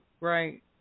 Right